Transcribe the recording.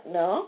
no